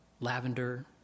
lavender